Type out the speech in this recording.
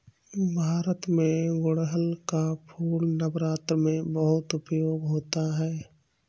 भारत में गुड़हल का फूल नवरात्र में बहुत उपयोग होता है